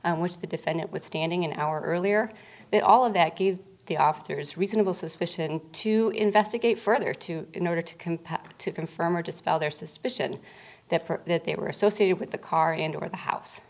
on which the defendant was standing an hour earlier than all of that gave the officers reasonable suspicion to investigate further to in order to compact to confirm or dispel their suspicion that they were associated with the car and or the house